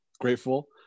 grateful